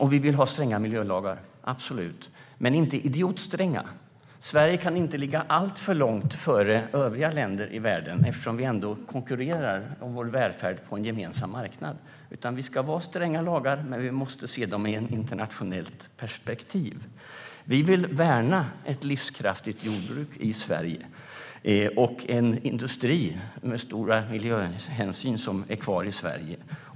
Vi vill absolut ha stränga miljölagar, men inte idiotstränga. Sverige kan inte ligga alltför långt före övriga länder i världen eftersom vi ändå konkurrerar om vår välfärd på en gemensam marknad. Vi ska ha stränga lagar, men vi måste se dem i ett internationellt perspektiv. Vi vill värna ett livskraftigt jordbruk i Sverige och en industri med stora miljöhänsyn som är kvar i Sverige.